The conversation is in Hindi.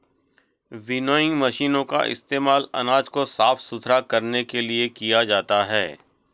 विनोइंग मशीनों का इस्तेमाल अनाज को साफ सुथरा करने के लिए किया जाता है